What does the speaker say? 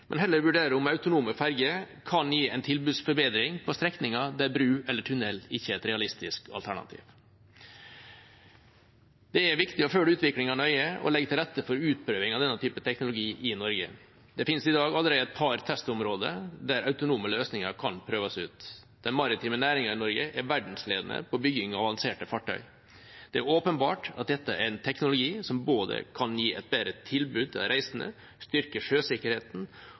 men heller vurdere om autonome ferger kan gi en tilbudsforbedring på strekninger der bro eller tunnel ikke er et realistisk alternativ. Det er viktig å følge utviklingen nøye og legge til rette for utprøving av denne typen teknologi i Norge. Det finnes allerede i dag et par testområder der autonome løsninger kan prøves ut. Den maritime næringen i Norge er verdensledende på bygging av avanserte fartøy. Det er åpenbart at dette er en teknologi som både kan gi et bedre tilbud til de reisende, styrke sjøsikkerheten